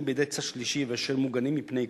בידי צד שלישי ואשר מוגנים מפני עיקול,